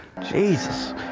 Jesus